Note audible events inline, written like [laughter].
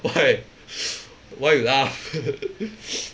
why [noise] why you laugh [laughs]